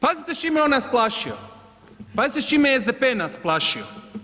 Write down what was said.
Pazite s čime je on nas plašio, pazite s čime je SDP nas plašio.